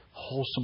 wholesome